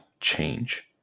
change